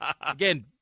Again